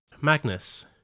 Magnus